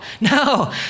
no